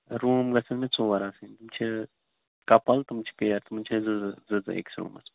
room گژھن مےٚ ژور آسٕنۍ تِم چھِ کپل تِم چھِ پِیر تِمَن چھِ زٕ زٕ زٕ زٕ أکِس روٗمَس منٛز